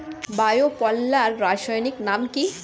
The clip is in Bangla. বায়ো পাল্লার রাসায়নিক নাম কি?